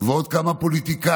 ועוד כמה פוליטיקאים